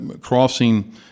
crossing